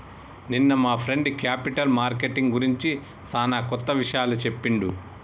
నిన్న మా friend capital marketing గురించి సానా కొత్త విషయాలు చెప్పిండు